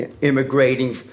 immigrating